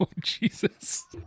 Jesus